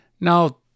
Now